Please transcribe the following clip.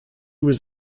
was